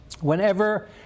whenever